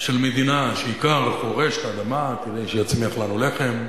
של מדינה שאיכר חורש את האדמה כדי שיצמיח לנו לחם.